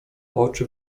oczy